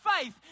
faith